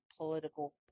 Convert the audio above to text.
Political